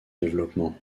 développement